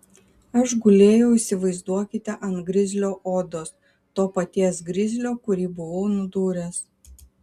aš gulėjau įsivaizduokite ant grizlio odos to paties grizlio kurį buvau nudūręs